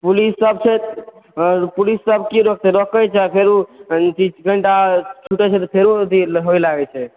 police सब छै police सब कऽ रोके छै फेरु किछु घण्टा छुटे छै तऽ फेरु हुए लागै छै